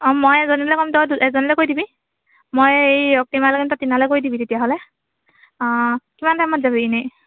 অঁ মই এজনীলে ক'ম তই এজনীলে কৰি দিবি মই এই ৰক্তিমালে কৰিম তই টিনালে কৰি দিবি তেতিয়াহ'লে অঁ কিমান টাইমত যাবি ইনেই